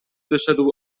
wyszedł